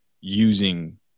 using